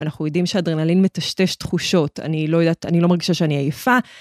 אנחנו יודעים שהאדרנלין מטשטש תחושות, אני לא יודעת, אני לא מרגישה שאני עייפה.